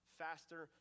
faster